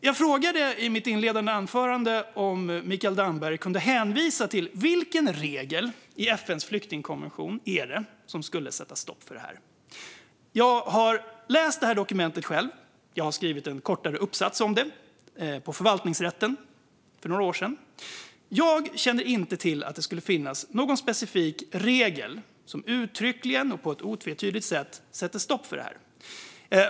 Jag frågade i mitt inledande anförande om Anders Ygeman kunde hänvisa till vilken regel i FN:s flyktingkonvention som skulle sätta stopp för det. Jag har läst det här dokumentet själv. Jag har skrivit en kortare uppsats om det på förvaltningsrätten för några år sedan. Jag känner inte till att det skulle finnas någon specifik regel som uttryckligen och på ett otvetydigt sätt sätter stopp för det.